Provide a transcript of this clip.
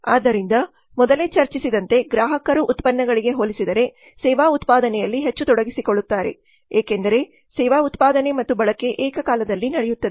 ಆದ್ದರಿಂದ ಮೊದಲೇ ಚರ್ಚಿಸಿದಂತೆ ಗ್ರಾಹಕರು ಉತ್ಪನ್ನಗಳಿಗೆ ಹೋಲಿಸಿದರೆ ಸೇವಾ ಉತ್ಪಾದನೆಯಲ್ಲಿ ಹೆಚ್ಚು ತೊಡಗಿಸಿಕೊಳ್ಳುತ್ತಾರೆ ಏಕೆಂದರೆ ಸೇವಾ ಉತ್ಪಾದನೆ ಮತ್ತು ಬಳಕೆ ಏಕಕಾಲದಲ್ಲಿ ನಡೆಯುತ್ತದೆ